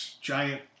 giant